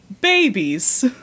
babies